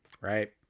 right